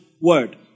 word